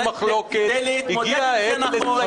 כדי להתמודד עם זה נכון.